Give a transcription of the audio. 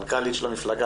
המנכ"לית של המפלגה.